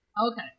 Okay